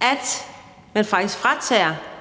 at man faktisk fratager